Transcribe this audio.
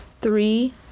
three